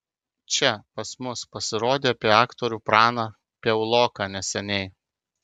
čia pas mus pasirodė apie aktorių praną piauloką neseniai